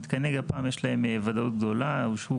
למתקני הגפ"מ יש וודאות גדולה ואושרו